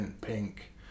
pink